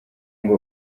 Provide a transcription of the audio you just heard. ngo